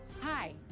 Hi